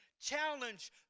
challenge